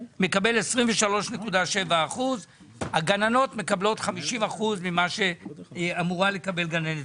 מקבלים 23.7%. הגננות מקבלות 50% ממה שאמורה לקבל גננת.